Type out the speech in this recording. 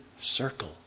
circle